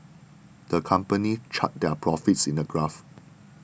the company charted their profits in a graph